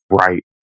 right